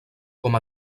com